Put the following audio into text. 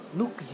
look